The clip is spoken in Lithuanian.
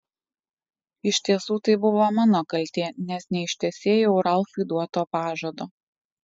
iš tiesų tai buvo mano kaltė nes neištesėjau ralfui duoto pažado